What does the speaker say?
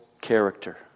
character